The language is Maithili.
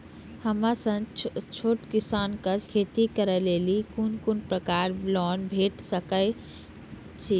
हमर सन छोट किसान कअ खेती करै लेली लेल कून कून प्रकारक लोन भेट सकैत अछि?